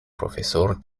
profesor